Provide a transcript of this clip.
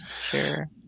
sure